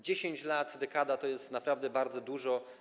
10 lat, dekada to jest naprawdę bardzo dużo.